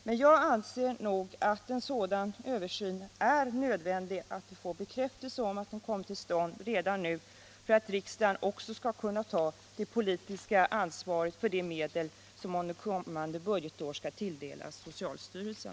Men jag anser att en översyn är så nödvändig att vi måste få bekräftat att den kommer till stånd redan nu för att riksdagen skall kunna ta sitt politiska ansvar för de medel som under kommande budgetår skall tilldelas socialstyrelsen.